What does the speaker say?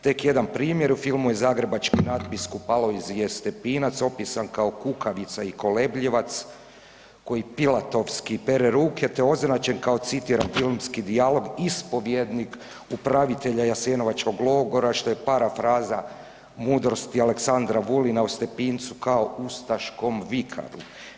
Tek jedan primjer u filmu je zagrebački nadbiskup Alojzije Stepinac opisan kao kukavica i kolebljivac koji pilatovski pere ruke te ozračen kao citiram filmski dijalog ispovjednik upravitelja Jasenovačkog logora što je parafraza mudrosti Aleksandra Vulina o Stepincu kao ustaškom vikaru.